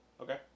Okay